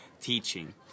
teaching